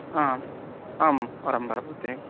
आम् आम् परम्परा भवति